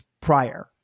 prior